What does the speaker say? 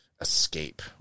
escape